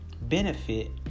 benefit